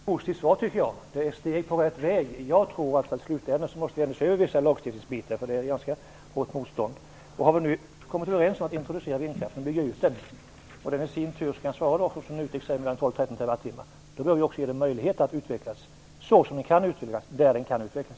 Herr talman! Jag tackar miljöministern för ett, tycker jag, positivt svar. Det är ett steg på rätt väg. Jag tror att i slutändan måste vissa lagstiftningsbitar ses över. Här finns ju ett ganska hårt motstånd. Har vi nu kommit överens om att introducera vindkraften och att bygga ut den och denna i sin tur kan svara för, som NUTEK säger, för 12-13 terawattimmar, bör vi göra det möjligt för vindkraften att utvecklas så som den kan utvecklas där den kan utvecklas.